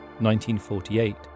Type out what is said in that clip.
1948